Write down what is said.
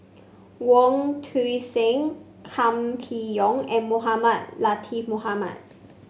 Wong Tuang Seng Kam Kee Yong and Mohamed Latiff Mohamed